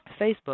Facebook